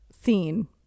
scene